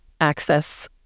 access